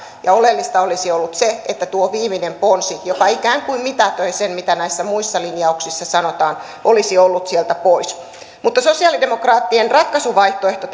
ja oleellista olisi ollut se että tuo viimeinen ponsi joka ikään kuin mitätöi sen mitä näissä muissa linjauksissa sanotaan olisi ollut sieltä pois mutta sosiaalidemokraattien ratkaisuvaihtoehto